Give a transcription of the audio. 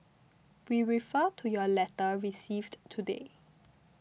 we refer to your letter received today